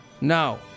No